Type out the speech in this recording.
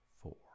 four